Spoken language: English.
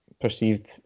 perceived